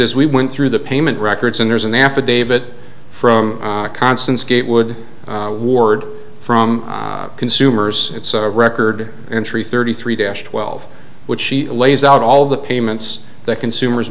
is we went through the payment records and there's an affidavit from constance gatewood ward from consumers it's a record entry thirty three dash twelve which she lays out all the payments that consumers